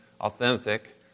authentic